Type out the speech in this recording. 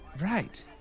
Right